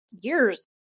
years